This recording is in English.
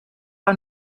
are